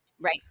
right